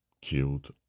killed